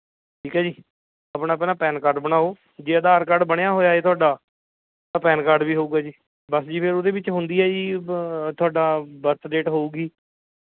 ਠੀਕ ਹੈ ਜੀ ਆਪਣਾ ਪਹਿਲਾਂ ਪੈਨ ਕਾਰਡ ਬਣਾਓ ਜੇ ਆਧਾਰ ਕਾਰਡ ਬਣਿਆ ਹੋਇਆ ਹੈ ਤੁਹਾਡਾ ਤਾਂ ਪੈਨ ਕਾਰਡ ਵੀ ਹੋਏਗਾ ਜੀ ਬਸ ਜੀ ਫੇਰ ਉਹਦੇ ਵਿੱਚ ਹੁੰਦੀ ਹੈ ਜੀ ਤੁਹਾਡਾ ਬਰਥ ਡੇਟ ਹੋਏਗੀ